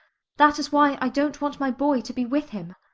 that is why i don't want my boy to be with him.